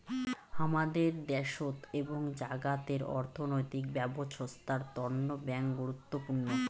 হামাদের দ্যাশোত এবং জাগাতের অর্থনৈতিক ব্যবছস্থার তন্ন ব্যাঙ্ক গুরুত্বপূর্ণ